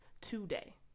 today